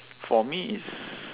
for me is